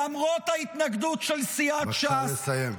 למרות ההתנגדות של סיעת ש"ס -- בבקשה לסיים.